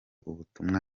ubutumwa